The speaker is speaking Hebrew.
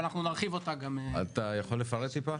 אבל אנחנו נרחיב אותה גם --- אתה יכול לפרט טיפה?